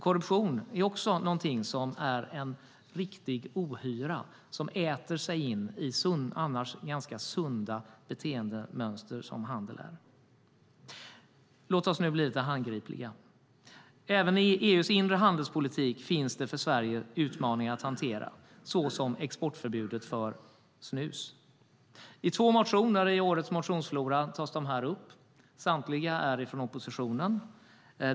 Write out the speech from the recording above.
Korruption är en riktig ohyra som äter sig in i annars ganska sunda beteendemönster som ju handel är. Låt oss bli lite handgripliga. Även i EU:s inre handelspolitik finns utmaningar att hantera för Sverige, såsom exportförbudet gällande snus. I två motioner i årets motionsflora tas detta upp. Samtliga är från oppositionen.